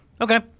Okay